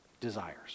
desires